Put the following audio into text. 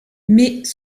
mais